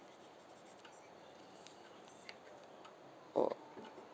oh